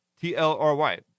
T-L-R-Y